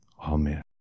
amen